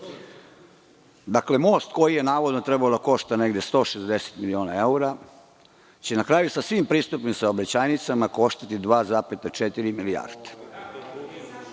Dakle, most koji je navodno trebalo da košta negde 160 miliona evra će na kraju sa svim pristupnim saobraćajnicama koštati 2,4 milijarde.